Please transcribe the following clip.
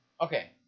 okay